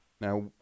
Now